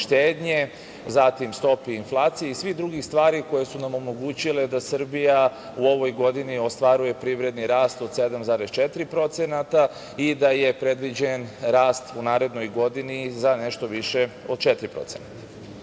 štednje, zatim stopi inflacije i svih drugih stvari koje su nam omogućile da Srbija u ovoj godini ostvaruje privredni rast od 7,4% i da je predviđen rast u narednoj godini za nešto više od